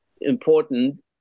important